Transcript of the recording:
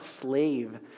slave